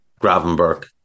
Gravenberg